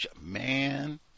Man